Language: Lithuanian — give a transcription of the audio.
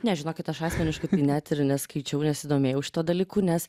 ne žinokit aš asmeniškai net ir neskaičiau nesidomėjau šituo dalyku nes